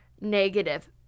negative